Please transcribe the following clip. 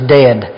dead